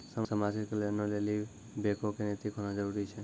समाज के कल्याणों लेली बैको क नैतिक होना जरुरी छै